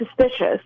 suspicious